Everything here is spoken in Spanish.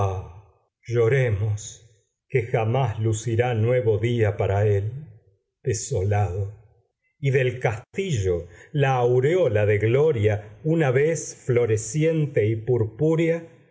que jamás lucirá nuevo día para él desolado y del castillo la aureola de gloria una vez floreciente y purpúrea